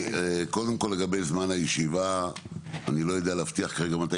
קודם כל לגבי זמן הישיבה אני לא יודע להבטיח כרגע מתי